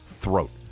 throat